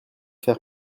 faire